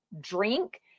drink